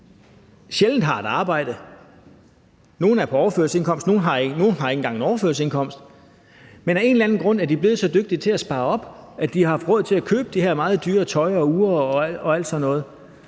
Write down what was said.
sjældent har et arbejde, nogle er på overførselsindkomst, nogle har ikke engang en overførselsindkomst, men af en eller anden grund er de blevet så dygtige til at spare op, at de har haft råd til at købe det her meget dyre tøj og de her meget